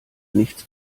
nichts